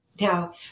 Now